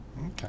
Okay